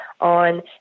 on